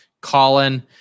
Colin